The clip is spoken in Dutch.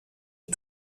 een